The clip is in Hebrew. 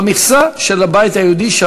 במכסה של הבית היהודי.